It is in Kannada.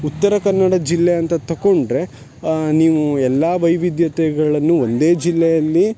ಉತ್ತರ ಕನ್ನಡ ಜಿಲ್ಲೆ ಅಂತ ತಕೊಂಡರೆ ನೀವು ಎಲ್ಲ ವೈವಿಧ್ಯತೆಗಳನ್ನು ಒಂದೇ ಜಿಲ್ಲೆಯಲ್ಲಿ